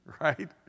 right